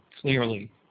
clearly